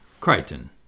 Crichton